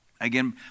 Again